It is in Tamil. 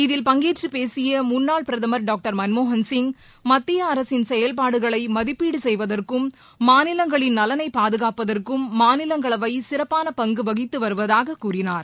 இதில் பங்கேற்று பேசிய முன்னாள் பிரதமள் டாக்டர் மன்மோகன்சிங் மத்திய அரசின் செயல்பாடுகளை மதிப்பீடு செய்வதற்கும் மாநிலங்களின் நலனை பாதுகாப்பதற்கும் மாநிலங்களவை சிறப்பான பங்கு வகித்து வருவதாகக் கூறினார்